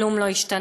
כלום לא השתנה,